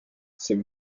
c’est